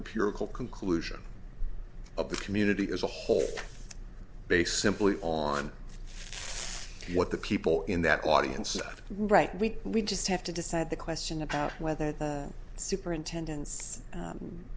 empirical conclusion of the community as a whole based simply on what the people in that audience right we we just have to decide the question about whether the superintendent's